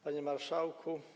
Panie Marszałku!